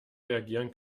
reagieren